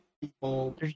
people